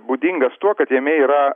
būdingas tuo kad jame yra